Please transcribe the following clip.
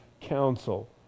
counsel